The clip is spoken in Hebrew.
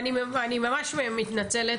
אני ממש מתנצלת.